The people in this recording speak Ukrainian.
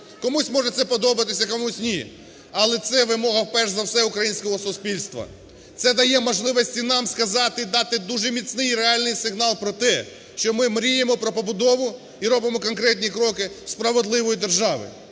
Комусь це може подобатися, комусь - ні, але це вимога, перш за все, українського суспільства. Це дає можливості нам сказати і дати дуже міцний і реальний сигнал про те, що ми мріємо про побудову і робимо конкретні кроки справедливої держави.